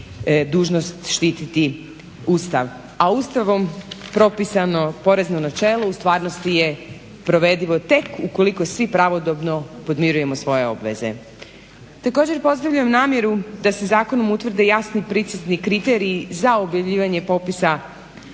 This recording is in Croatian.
dužnost štititi Ustav, a Ustavom propisano porezno načelo u stvarnosti je provedivo tek ukoliko svi pravodobno podmirujemo svoje obveze. Također pozdravljam namjeru da se zakonom utvrde jasni i precizni kriteriji za objavljivanje popisa